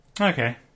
Okay